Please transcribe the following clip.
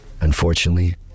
unfortunately